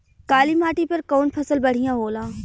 काली माटी पर कउन फसल बढ़िया होला?